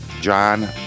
John